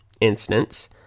instance